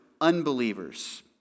unbelievers